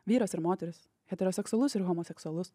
vyras ir moteris heteroseksualus homoseksualus